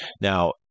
Now